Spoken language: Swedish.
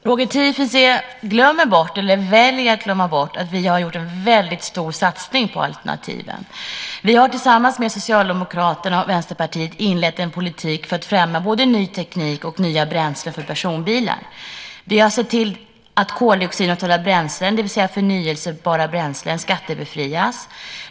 Herr talman! Roger Tiefensee glömmer bort - eller väljer att glömma bort - att vi har gjort en väldigt stor satsning på alternativen. Vi har tillsammans med Socialdemokraterna och Vänsterpartiet inlett en politik för att främja både ny teknik och nya bränslen för personbilar. Vi har sett till att koldioxidneutrala bränslen, det vill säga förnybara bränslen, skattebefrias.